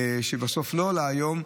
ובסוף לא עולה היום,